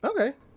Okay